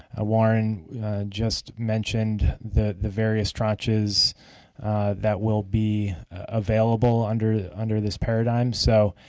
ah warren just mentioned the the various tranches that will be available under under this paradigm, so